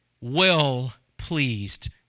well-pleased